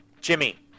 Jimmy